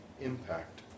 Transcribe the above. impact